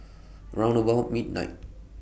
round about midnight